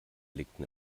legten